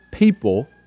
people